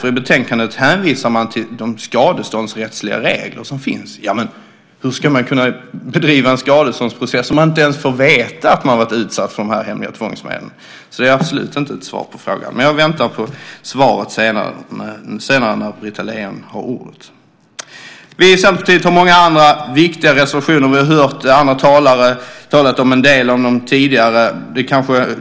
I betänkandet hänvisas till de skadeståndsrättsliga regler som finns. Men hur ska man driva en skadeståndsprocess om man inte ens får veta att man har varit utsatt för de hemliga tvångsmedlen? Det är absolut inte ett svar på frågan. Jag väntar på svar senare när Britta Lejon har ordet. Vi i Centerpartiet har många andra viktiga reservationer. Vi har hört andra talare tala om en del av dem tidigare.